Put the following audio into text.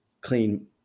clean